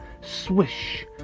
Swish